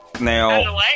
Now